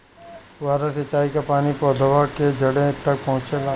फुहारा सिंचाई का पानी पौधवा के जड़े तक पहुचे ला?